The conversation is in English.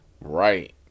Right